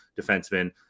defenseman